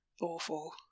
Awful